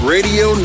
Radio